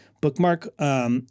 bookmark